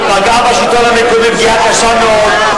ממשלת שרון הראשונה פגעה בשלטון המקומי פגיעה קשה מאוד.